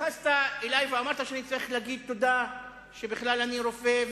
התייחסת אלי ואמרת שאני צריך להגיד תודה שאני רופא,